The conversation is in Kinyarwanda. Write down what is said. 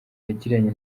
yagiranye